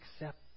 accept